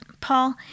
Paul